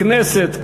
הכנסת,